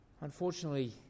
unfortunately